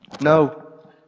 No